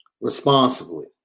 responsibly